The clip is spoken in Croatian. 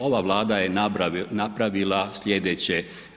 Ova Vlada je napravila slijedeće.